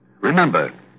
Remember